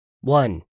one